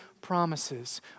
promises